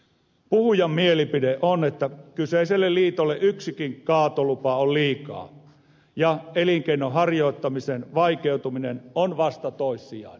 puhujan mielipide on että kyseiselle liitolle yksikin kaatolupa on liikaa ja elinkeinon harjoittamisen vaikeutuminen on vasta toissijainen